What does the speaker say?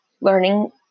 learning